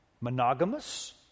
monogamous